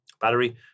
battery